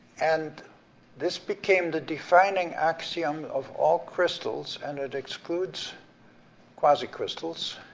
and this became the defining axiom of all crystals, and it excludes quasicrystals.